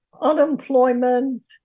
unemployment